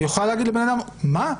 והיא יכולה לגרום לבן אדם להגיד: מה,